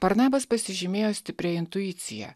barnabas pasižymėjo stipria intuicija